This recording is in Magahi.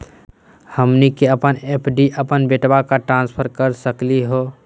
हमनी के अपन एफ.डी अपन बेटवा क ट्रांसफर कर सकली हो?